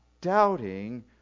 doubting